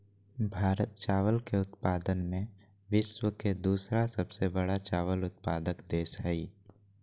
भारत चावल के उत्पादन में विश्व के दूसरा सबसे बड़ा चावल उत्पादक देश हइ